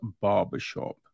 Barbershop